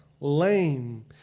lame